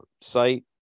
site